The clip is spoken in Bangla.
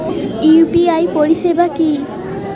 ইউ.পি.আই পরিসেবা কি?